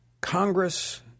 Congress